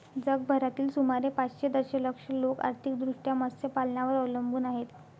जगभरातील सुमारे पाचशे दशलक्ष लोक आर्थिकदृष्ट्या मत्स्यपालनावर अवलंबून आहेत